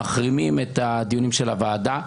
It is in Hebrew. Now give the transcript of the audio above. מחרימים את הדיונים של הוועדה.